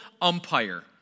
umpire